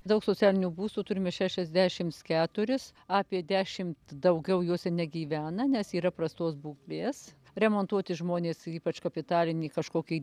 daug socialinių būstų turime šešiasdešims keturis apie dešimt daugiau juose negyvena nes yra prastos būklės remontuoti žmonės ypač kapitalinį kažkokį